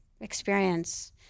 experience